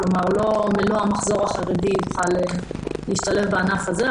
כלומר לא מלוא המחזור החרדי יוכל להשתלב בענף הזה,